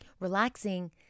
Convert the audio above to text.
Relaxing